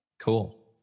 Cool